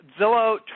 Zillow